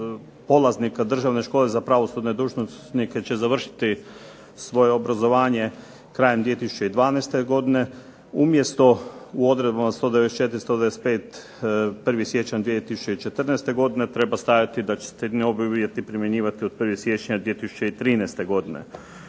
polaznika Državne škole za pravosudne dužnosnike će završiti svoje obrazovanje krajem 2012. godine umjesto u odredbama 194., 195. 1.siječanj 2014. godine treba stajati da će se novi uvjeti primjenjivati od 1. siječnja 2013. godine.